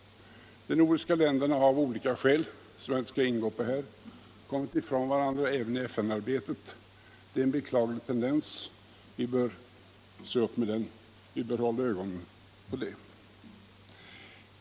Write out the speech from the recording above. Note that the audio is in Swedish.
De nordiska länderna har av olika skäl, som jag inte skall ingå på här, kommit ifrån varandra även i FN-arbetet. Det är en beklaglig tendens, som vi bör se upp med.